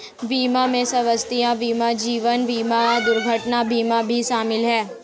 बीमा में स्वास्थय बीमा जीवन बिमा दुर्घटना बीमा भी शामिल है